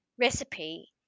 Recipe